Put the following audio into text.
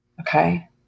Okay